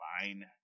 fine